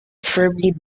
firmly